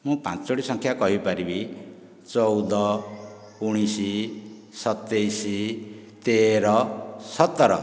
ମୁଁ ପାଞ୍ଚୋଟି ସଂଖ୍ୟା କହିପାରିବି ଚଉଦ ଉଣେଇଶି ସତେଇଶି ତେର ସତର